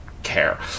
care